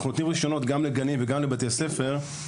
אנחנו נותנים רישיונות גם לגנים וגם לבתי ספר,